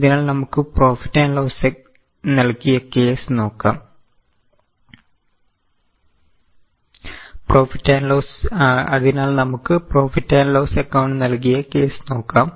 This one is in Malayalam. അതിനാൽ നമുക്ക് profit and loss account നൽകിയ കേസ് നോക്കാം